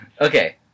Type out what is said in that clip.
Okay